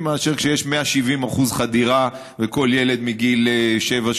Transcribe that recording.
מאשר כשיש 170% חדירה וכל ילד מגיל שבע,